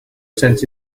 sense